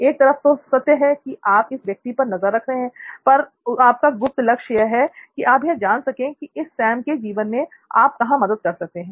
एक तरफ तो सत्य है कि आप इस व्यक्ति पर नजर रख रहे हैं पर आपका गुप्त लक्ष्य है कि आप यह जान सकें की इस सैम के जीवन में आप कहां मदद कर सकते हैं